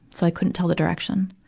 so i couldn't tell the direction.